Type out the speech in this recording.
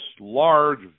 large